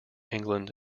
england